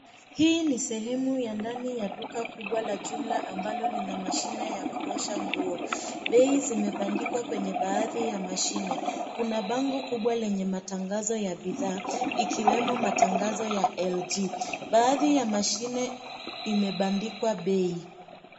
Hii ni sehemu ya ndani ya duka kubwa la jumla ambalo lina mashini ya kuosha nguo, bei zimebandikwa kwenye baadhi ya mashini kuna bango kubwa lenye matangazo ya bidhaa ikiwemo matangazo ya LG baadhi ya mashine imebandikwa bei.